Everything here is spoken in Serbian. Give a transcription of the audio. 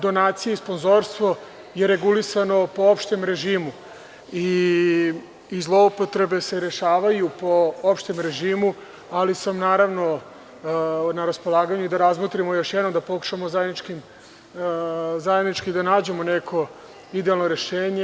Donacije i sponzorstvo je regulisano po opštem režimu i zloupotrebe se rešavaju po opštem režimu, ali sam na raspolaganju da razmotrimo još jednom i pokušamo zajednički da nađemo neko idejno rešenje.